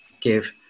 give